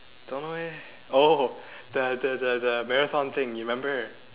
don't know eh oh the the the marathon thing remember